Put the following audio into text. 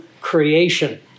creation